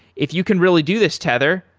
if you can really do this tether,